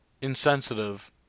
insensitive